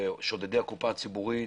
שודדי הקופה הציבורית,